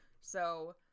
so-